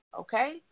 okay